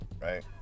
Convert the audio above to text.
right